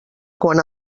quan